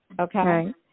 Okay